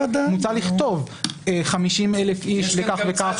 מוצע לכתוב 50,000 איש לכך וכך,